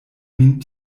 min